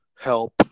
help